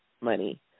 money